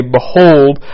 Behold